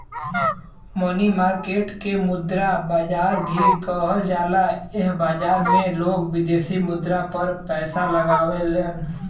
मनी market के मुद्रा बाजार भी कहल जाला एह बाजार में लोग विदेशी मुद्रा पर पैसा लगावेलन